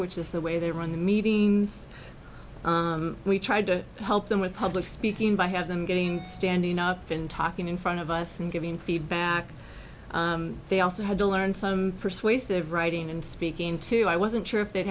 which is the way they run the meeting we tried to help them with public speaking by have them getting standing up and talking in front of us and giving feedback they also had to learn some persuasive writing and speaking to i wasn't sure if they'd